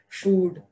food